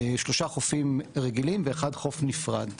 שלושה חופים מעורבים ואחד חוף נפרד.